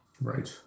right